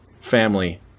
family